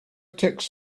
tech